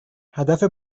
هدف